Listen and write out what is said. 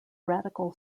radical